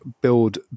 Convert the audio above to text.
build